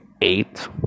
eight